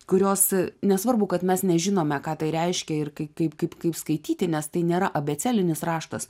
kurios e nesvarbu kad mes nežinome ką tai reiškia ir kai kaip kaip kaip skaityti nes tai nėra abėcėlinis raštas